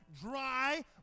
dry